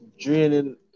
draining